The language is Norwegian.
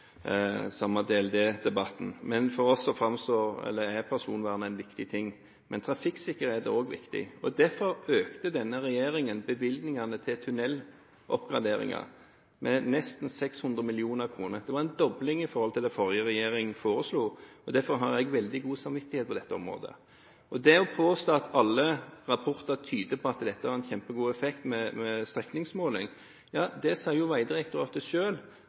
personvernet viktig, men trafikksikkerhet er også viktig. Derfor økte denne regjeringen bevilgningene til tunneloppgraderinger med nesten 600 mill. kr. Det var en dobling i forhold til det forrige regjering foreslo. Derfor har jeg veldig god samvittighet på dette området. Man påstår at alle rapporter tyder på at strekningsmåling har en kjempegod effekt. Vegdirektoratet sier selv at de har indikasjoner, men rapportene er langt fra det